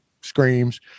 screams